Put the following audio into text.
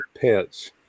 pets